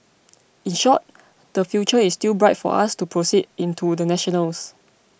in short the future is still bright for us to proceed into the national's